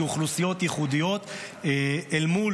כאוכלוסיות ייחודיות אל מול